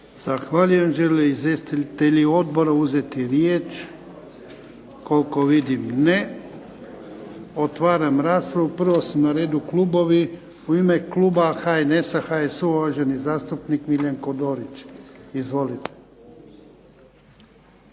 izvjestitelji odbora uzeti riječ? Koliko vidim ne. Otvaram raspravu. Prvo su na redu klubovi. U ime kluba HNS-a, HSU-a, uvaženi zastupnik Miljenko Dorić. Izvolite.